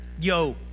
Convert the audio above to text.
yo